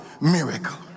miracle